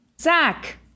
Zach